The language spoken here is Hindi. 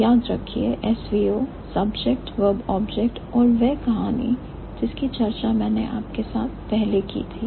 याद रखिए SOV Subject Verb Object और वही कहानी जिसकी चर्चा मैंने आपके साथ पहले की थी